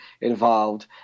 involved